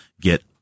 get